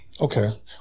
Okay